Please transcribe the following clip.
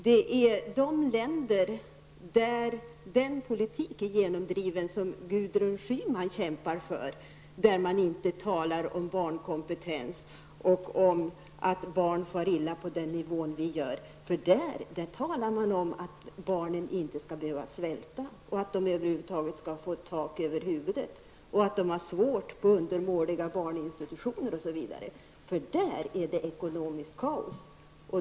Det är i de länder där den politik som Gudrun Schyman kämpar för är genomförd som man inte talar om barnkompetens och om att barn far illa -- för där talar man om att barnen inte skall behöva svälta och om att de över huvud taget skall få tak över huvudet, att man har svårt med undermåliga barninstitutioner osv. För där råder ekonomiskt kaos.